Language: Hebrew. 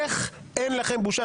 איך אין לכם בושה?